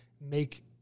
make